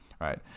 right